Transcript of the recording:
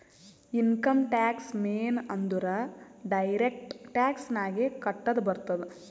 income tax ಮೇನ್ ಅಂದುರ್ direct tax ನಾಗೆ ಕಟ್ಟದ್ ಬರ್ತುದ್